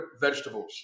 vegetables